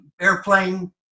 Airplane